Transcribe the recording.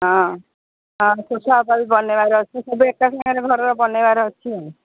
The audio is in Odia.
ହଁ ହଁ କରି ବନେଇବାର ଅଛି ସବୁ ଏକା ସାଙ୍ଗରେ ଘରର ବନେଇବାର ଅଛି ଆଉ